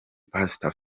pastori